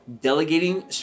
delegating